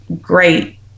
great